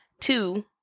Two